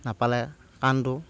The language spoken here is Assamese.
নাপালে কান্দো